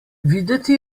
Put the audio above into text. videti